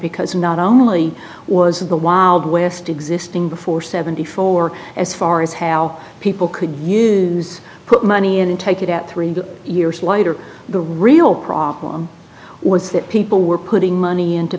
because not only was the wild west existing before seventy four as far as how people could use put money in take it out three years later the real problem was that people were putting money into